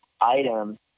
item